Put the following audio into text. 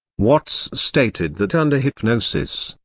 watts stated that under hypnosis,